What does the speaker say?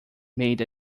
made